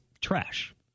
trash